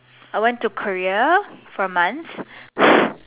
I went to Korea for months